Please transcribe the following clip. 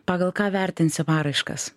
pagal ką vertinsi paraiškas